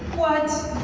what?